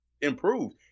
improved